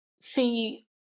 see